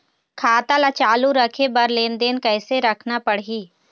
खाता ला चालू रखे बर लेनदेन कैसे रखना पड़ही?